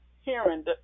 hearing